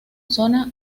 zona